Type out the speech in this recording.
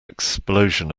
explosion